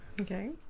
Okay